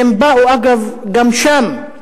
אגב, גם שם,